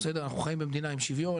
אנחנו חיים במדינה עם שוויון,